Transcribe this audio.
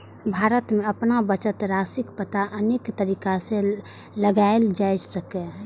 bank मे अपन बचत राशिक पता अनेक तरीका सं लगाएल जा सकैए